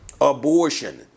abortion